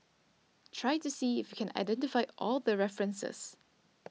try to see if you can identify all the references